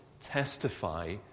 testify